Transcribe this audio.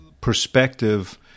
perspective